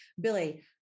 Billy